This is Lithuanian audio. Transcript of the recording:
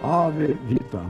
avė vita